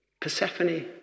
Persephone